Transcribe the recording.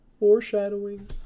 foreshadowing